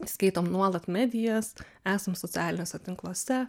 skaitom nuolat medijas esam socialiniuose tinkluose